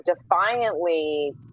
defiantly